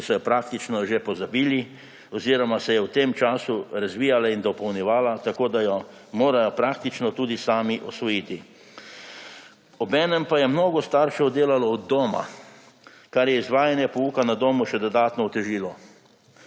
ki so jo praktično že pozabili oziroma se je v tem času razvijala in dopolnjevala tako, da jo morajo praktično tudi sami usvojiti. Obenem pa je mnogo staršev delalo od doma, kar je izvajanje pouka na domu še dodatno otežilo.